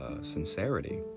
sincerity